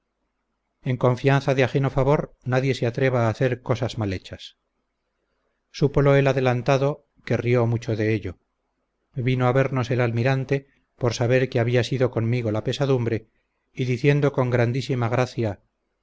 en confianza de ajeno favor nadie se atreva a hacer cosas mal hechas supolo el adelantado que rió mucho de ello vino a vernos el almirante por saber que había sido conmigo la pesadumbre y diciendo con grandísima gracia